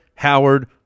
Howard